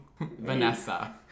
vanessa